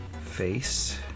face